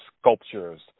sculptures